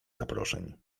zaproszeń